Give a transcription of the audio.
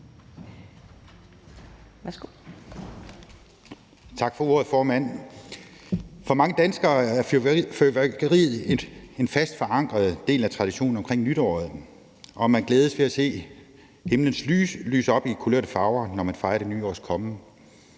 Tak for ordet, formand. For mange danskere er fyrværkeriet en fast forankret del af traditionen omkring nytåret. Man glædes ved at se himlen lyse op i kulørte farver, når man fejrer det nye års komme,